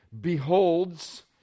beholds